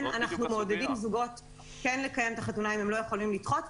אנחנו מעודדים זוגות כן לקיים את החתונה אם הם לא יכולים לדחות.